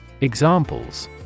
Examples